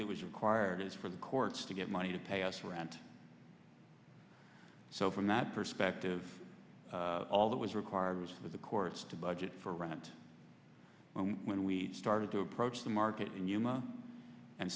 that was required is for the courts to get money to pay us rent so from that perspective all that was required was for the courts to budget for rent when we started to approach the market in yuma and